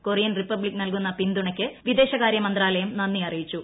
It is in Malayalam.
കൊറിയൻ റിപ്പബ്ലിക് നൽകുന്ന പിന്തുണയ്ക്ക് വിദേശകാര്യ മന്ത്രാലയം നന്ദി അറിയിച്ചു